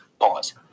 Pause